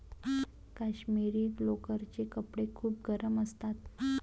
काश्मिरी लोकरचे कपडे खूप गरम असतात